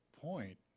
point